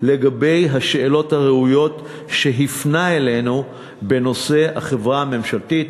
לגבי השאלות הראויות שהוא הפנה אלינו בנושא החברה הממשלתית,